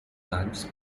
times